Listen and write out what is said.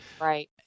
Right